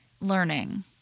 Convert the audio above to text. learning